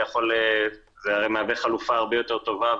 וזה מהווה חלופה הרבה יותר טובה,